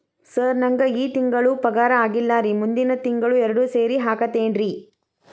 sir ನಂಗ ಈ ತಿಂಗಳು ಪಗಾರ ಆಗಿಲ್ಲಾರಿ ಮುಂದಿನ ತಿಂಗಳು ಎರಡು ಸೇರಿ ಹಾಕತೇನ್ರಿ